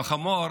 בחמור,